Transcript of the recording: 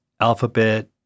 Alphabet